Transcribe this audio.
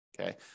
Okay